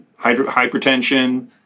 hypertension